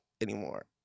anymore